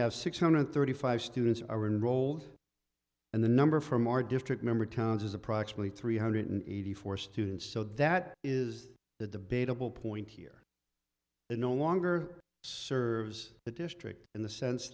have six hundred thirty five students are unrolled and the number from our district member towns is approximately three hundred eighty four students so that is the debatable point here no longer serves the district in the sense